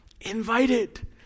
invited